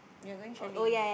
we are going chalet